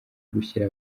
gushira